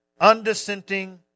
undissenting